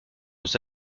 aux